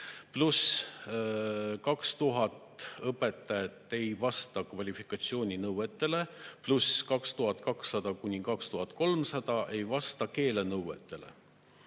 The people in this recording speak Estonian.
pluss 2000 õpetajat ei vasta kvalifikatsiooninõuetele, pluss 2200–2300 ei vasta keelenõuetele.